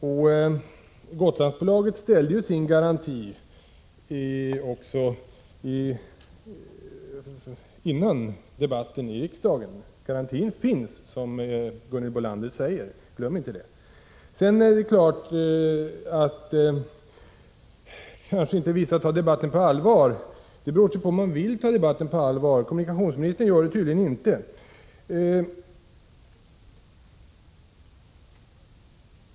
Och Gotlandsbolaget ställde också sin garanti före debatten i riksdagen. Garantin finns. Glöm inte det! Det är klart att vissa kanske inte tar debatten på allvar. Det beror på om man vill det eller inte. Kommunikationsministern vill tydligen inte.